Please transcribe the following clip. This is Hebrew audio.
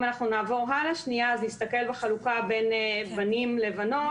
אם נסתכל על החלוקה בין בנים לבנות,